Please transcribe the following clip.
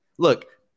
Look